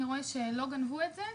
אני רואה שלא גנבו את זה,